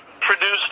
produced